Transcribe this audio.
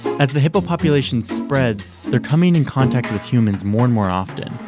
as the hippo population spreads, they're coming in contact with humans more and more often.